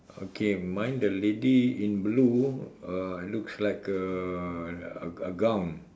okay mine the lady in blue uh looks like a a a gown